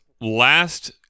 Last